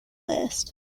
list